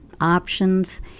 options